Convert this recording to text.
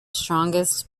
strongest